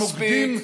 מספיק.